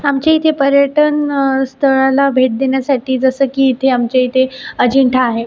आमच्या इथे पर्यटन स्थळाला भेट देण्यासाठी जसं की इथे आमच्या इथे अजिंठा आहे